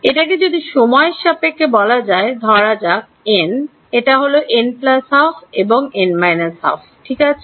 এটাকে যদি সময়ের সাপেক্ষে বলা যায় ধরা যাক এটা n এটা হল এবং ঠিক আছে